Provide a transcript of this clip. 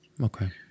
Okay